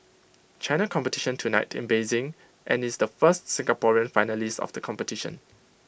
China competition tonight in Beijing and is the first Singaporean finalist of the competition